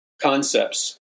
concepts